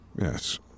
Yes